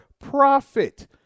profit